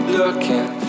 looking